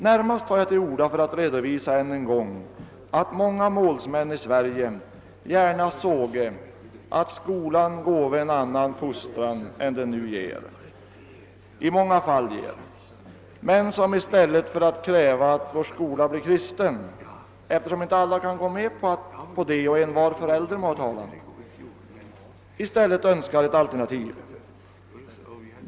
Närmast tar jag till orda för att än en gång redovisa att många målsmän i Sverige gärna såge att skolan gåve en annan fostran än den nu i många fall ger, men i stället för att kräva att vår skola blir kristen — eftersom alla inte kan gå med på det och envar förälder må ha talan — önskar de få ett alternativ.